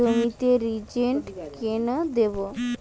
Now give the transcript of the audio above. জমিতে রিজেন্ট কেন দেবো?